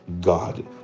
God